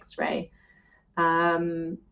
X-ray